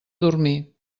dormir